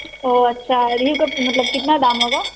اوہ اچھا روہو کا مطلب کتنا دام ہوگا